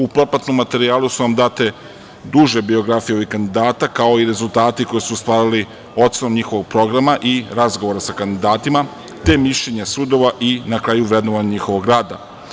U propratnom materijalu su vam date duže biografije ovih kandidata, kao i rezultati koje su ostvarili, ocenom njihovih programa i razgovora sa kandidatima, te mišljenja sudova i na kraju vrednovanje njihovog rada.